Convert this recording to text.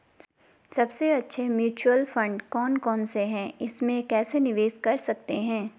सबसे अच्छे mutual fund कौन कौनसे हैं इसमें कैसे निवेश कर सकते हैं?